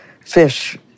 fish